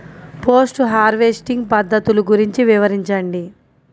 Post harvesting పద్ధతులు గురించి వివరించండి?